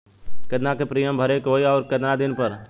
केतना के प्रीमियम भरे के होई और आऊर केतना दिन पर?